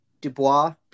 Dubois